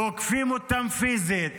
תוקפים אותם פיזית,